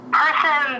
person